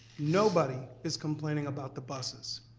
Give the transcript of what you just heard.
nobody is complaining about the buses.